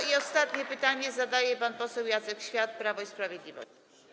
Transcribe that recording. I ostatnie pytanie zadaje pan poseł Jacek Świat, Prawo i Sprawiedliwość.